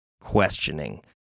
questioning